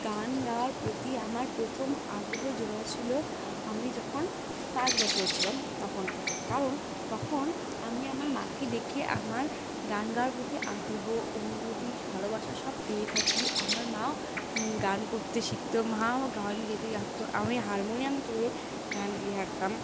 গান গাওয়ার প্রতি আমার প্রথম আগ্রহ জমে ছিলো আমি যখন পাঁচ বছরের ছিলেন তখন থেকে কারণ তখন আমি আমার মাকে দেখে আমার গান গাওয়ার প্রতি আগ্রহ অনুভূতি ভালোবাসা সব পেয়ে থাকি আমার মাও গান করতে শিখতো মাও গান গেয়ে রাখতো আমি হারমোনিয়াম দিয়ে গান গেয়ে রাখতাম